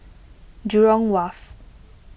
Jurong Wharf